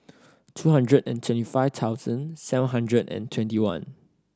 two hundred and twenty five thousand seven hundred and twenty one